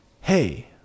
hey